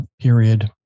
period